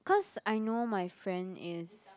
cause I know my friend is